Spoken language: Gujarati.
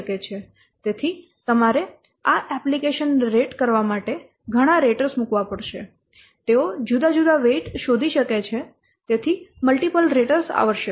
તેથી તમારે આ એપ્લિકેશન ને રેટ કરવા માટે ઘણા રેટર મૂકવા પડશે તેઓ જુદા જુદા વેઇટ શોધી શકે છે તેથી મલ્ટીપલ રેટર આવશ્યક છે